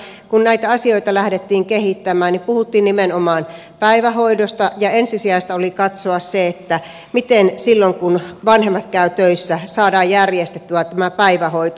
varmaan aikanaan kun näitä asioita lähdettiin kehittämään puhuttiin nimenomaan päivähoidosta ja ensisijaista oli katsoa se että miten silloin kun vanhemmat käyvät töissä saadaan järjestettyä tämä päivähoito